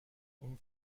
اون